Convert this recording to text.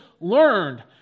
learned